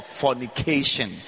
fornication